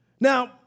Now